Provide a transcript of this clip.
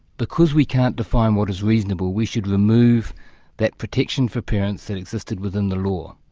because we can't define what is reasonable, we should remove that protection for parents that existed within the law.